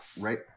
Right